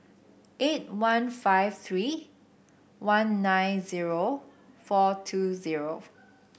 eight one five three one nine zero four two zero